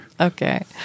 Okay